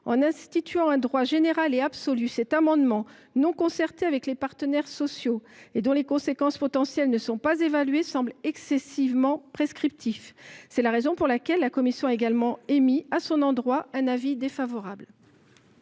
En instituant un droit général et absolu, cet amendement, qui n’a pas fait l’objet d’une concertation avec les partenaires sociaux et dont les conséquences potentielles ne sont pas évaluées, semble excessivement prescriptif. C’est la raison pour laquelle la commission a également émis, à son endroit, un avis défavorable.